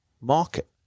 market